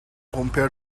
compare